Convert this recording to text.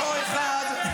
לכן אותו אחד,